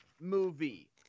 movie